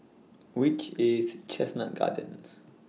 Which IS Chestnut Gardens